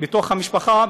במשפחה,